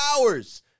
hours